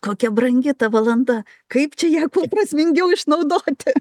kokia brangi ta valanda kaip čia ją kuo prasmingiau išnaudoti